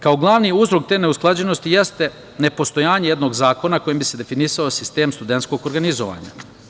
Kao glavni uzrok te neusklađenosti jeste nepostojanje jednog zakona kojim bi se definisao sistem studentskog organizovanja.